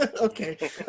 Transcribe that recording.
Okay